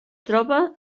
troba